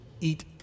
eat